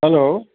hello